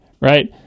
right